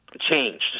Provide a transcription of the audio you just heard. changed